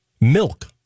Milk